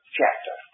chapter